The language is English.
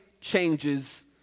changes